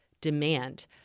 demand